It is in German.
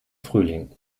frühling